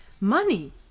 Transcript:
Money